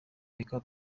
reka